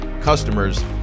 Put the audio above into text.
customers